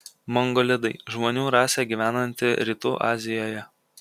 mongolidai žmonių rasė gyvenanti rytų azijoje